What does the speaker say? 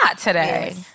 today